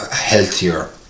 healthier